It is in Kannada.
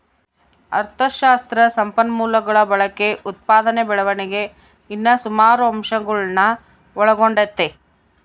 ಅಥಶಾಸ್ತ್ರ ಸಂಪನ್ಮೂಲಗುಳ ಬಳಕೆ, ಉತ್ಪಾದನೆ ಬೆಳವಣಿಗೆ ಇನ್ನ ಸುಮಾರು ಅಂಶಗುಳ್ನ ಒಳಗೊಂಡತೆ